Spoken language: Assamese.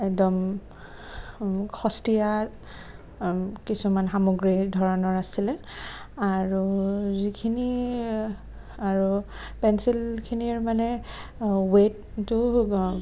একদম সষ্টীয়া কিছুমান সামগ্ৰীৰ ধৰণৰ আছিলে আৰু যিখিনি আৰু পেঞ্চিলখিনিৰ মানে ওৱেটটো